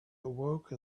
awoke